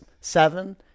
seven